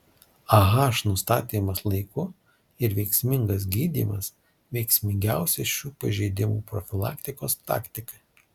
ah nustatymas laiku ir veiksmingas gydymas veiksmingiausia šių pažeidimų profilaktikos taktika